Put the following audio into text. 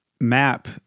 map